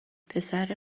پسر